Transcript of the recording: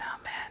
Amen